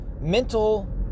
mental